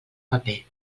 paper